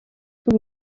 tout